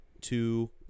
two